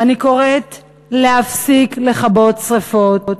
אני קוראת להפסיק לכבות שרפות,